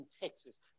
Texas